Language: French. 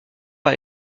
par